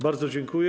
Bardzo dziękuję.